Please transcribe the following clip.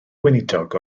gweinidog